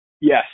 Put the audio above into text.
Yes